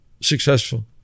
successful